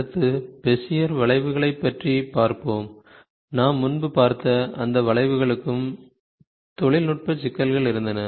அடுத்து பெசியர் வளைவுகளைப் பற்றி பார்ப்போம் நாம் முன்பு பார்த்த அந்த வளைவுகளுக்கும் சில தொழில்நுட்ப சிக்கல்கள் இருந்தன